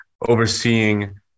overseeing